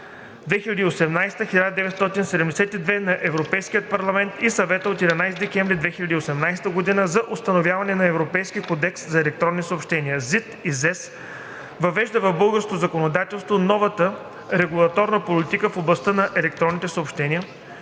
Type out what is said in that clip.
2018/1972 на Европейския парламент и на Съвета от 11 декември 2018 г. за установяване на Европейски кодекс за електронни съобщения. ЗИД на ЗЕС въвежда в българското законодателство новата регулаторна политика в областта на електронните съобщения,